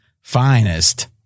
finest